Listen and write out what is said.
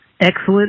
excellent